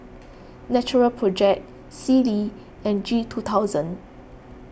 Natural Project Sealy and G two thousand